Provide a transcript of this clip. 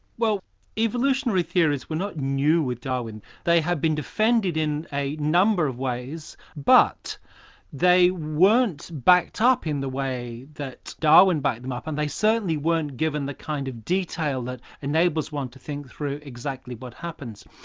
well evolutionary theories were not new with darwin, they had been defended in a number of ways but they weren't backed ah up in the way that darwin backed them up and they certainly weren't given the kind of detail that enables one to think through exactly what happens.